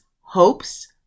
hopes